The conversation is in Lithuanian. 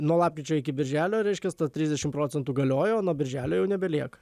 nuo lapkričio iki birželio reiškias tas trisdešim procentų galiojo nuo birželio jau nebelieka